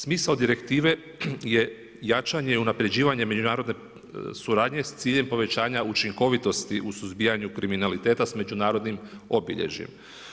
Smisao direktive je jačanje i unapređivanje međunarodne suradnje s ciljem povećanja učinkovitosti u suzbijanju kriminaliteta s međunarodnim obilježjem.